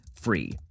free